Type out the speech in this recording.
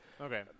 Okay